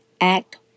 act